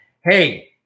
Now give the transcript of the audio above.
Hey